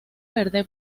verde